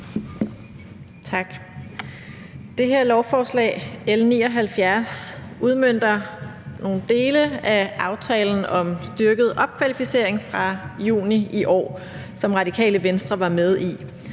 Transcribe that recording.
Tak. Det her lovforslag, L 79, udmønter nogle dele af aftalen om styrket opkvalificering fra juni i år, som Det Radikale Venstre var med i.